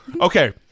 Okay